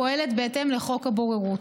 הפועלת בהתאם לחוק הבוררות.